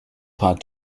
pad